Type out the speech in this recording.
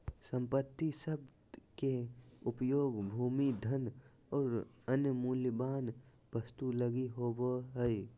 संपत्ति शब्द के उपयोग भूमि, धन और अन्य मूल्यवान वस्तु लगी होवे हइ